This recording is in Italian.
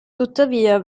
tuttavia